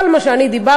כל מה שאמרתי,